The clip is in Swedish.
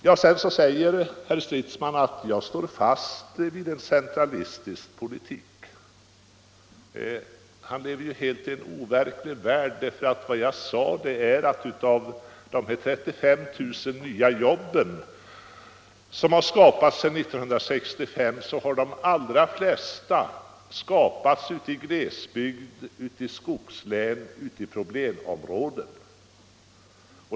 Herr Stridsman förklarar att jag står fast vid en centralistisk politik. Han lever helt i en overklig värld. Vad jag sade var att av de 35 000 nya jobb som har tillkommit sedan 1965 har de allra flesta skapats i glesbygder, skogslän och problemområden.